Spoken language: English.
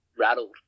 rattled